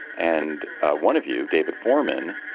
and one of you, david foreman,